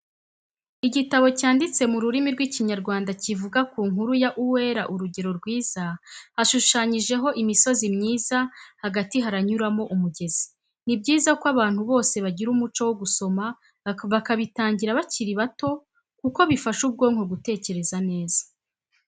Igitabo cyanditse mu rurimi rw'Ikinyarwanda kivuga ku nkuru ya Uwera Urugero Rwiza, hashushanyijeho imisozi myiza hagati haranyuramo umugezi. Ni byiza ko abantu bose bagira umuco wo gusoma bakabitangira bakiri bito kuko bifasha ubwonko gutekereza neza.